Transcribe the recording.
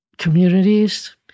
communities